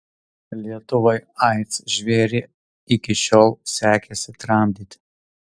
lietuvai aids žvėrį iki šiol sekėsi tramdyti